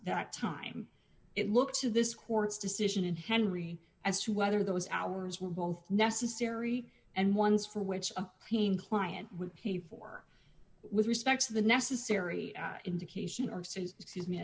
that time it looked to this court's decision and henry as to whether those hours were both necessary and ones for which a team client would pay for with respect to the necessary indication arses excuse me